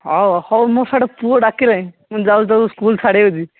ହଉ ହଉ ମୋ ସିଆଡ଼େ ପୁଅ ଡାକିଲାଣି ମୁଁ ଯାଉଛି ତା'କୁ ସ୍କୁଲ ଛାଡ଼ିବାକୁ ଯିବି